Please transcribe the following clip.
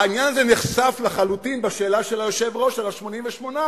העניין הזה נחשף לחלוטין בשאלה של היושב-ראש של ה-88.